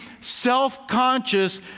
self-conscious